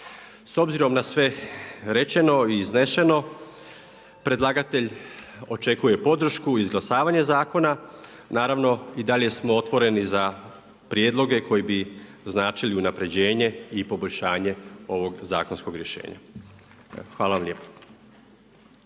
S obzirom na sve rečeno i izneseno predlagatelj očekuje podršku, izglasavanje zakona. Naravno i dalje smo otvoreni za prijedloge koji bi značili i unapređenje i poboljšanje ovog zakonskog rješenja. Hvala vam lijepa.